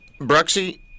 Bruxy